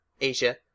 Asia